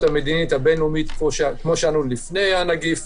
המדינית הבין לאומית כפי שהייתה לנו לפני הנגיף.